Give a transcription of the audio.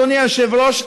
אדוני היושב-ראש,